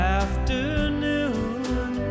afternoon